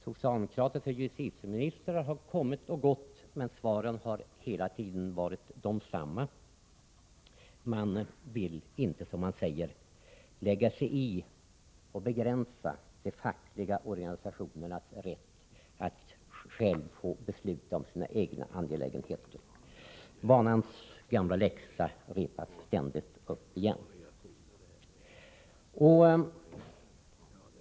Socialdemokratiska justitieministrar har kommit och gått, men svaren har hela tiden varit desamma. Man vill inte, som man säger, lägga sig i och begränsa de fackliga organisationernas rätt att själva besluta om sina angelägenheter. Denna läxa upprepas ständigt, av gammal vana.